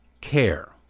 care